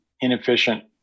inefficient